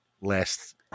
last